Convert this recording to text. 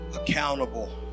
accountable